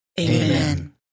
Amen